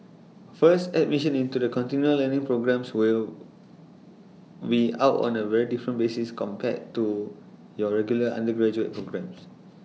first admission into the continual learning programmes will be out on A very different basis compared to your regular undergraduate programmes